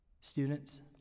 Students